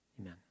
amen